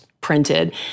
printed